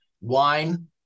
Wine